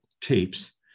tapes